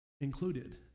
included